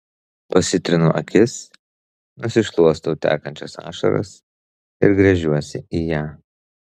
pasitrinu akis nusišluostau tekančias ašaras ir gręžiuosi į ją